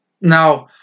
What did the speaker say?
now